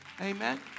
amen